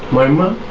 my mom?